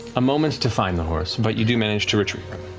a moment to find the horse. but you do manage to retrieve